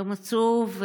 יום עצוב.